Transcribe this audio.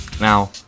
Now